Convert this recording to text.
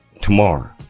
tomorrow